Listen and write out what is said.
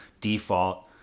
default